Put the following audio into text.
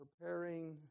preparing